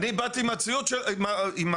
כל